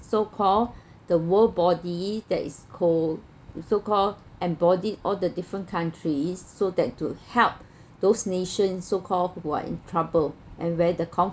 so call the world body that is cold so call embodied all the different countries so that to help those nations so called who are in trouble and where the